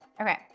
Okay